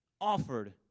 offered